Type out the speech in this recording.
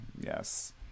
Yes